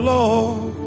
Lord